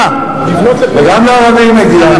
וגם לערבים מגיע,